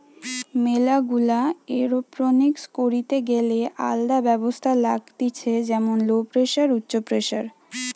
ম্যালা গুলা এরওপনিক্স করিতে গ্যালে আলদা ব্যবস্থা লাগতিছে যেমন লো প্রেসার, উচ্চ প্রেসার